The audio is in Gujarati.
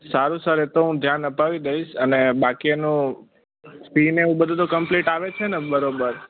સારું સર એક તો હું ધ્યાન આપવી દઇસ અને બાકી એનું ફી ને એવું બધુ તો કમ્પ્લીટ આવે છે ને બરોબર